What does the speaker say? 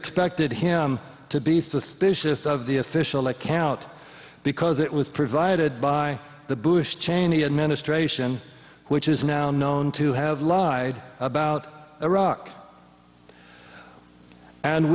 expected him to be suspicious of the official like out because it was provided by the bush cheney administration which is now known to have lied about iraq and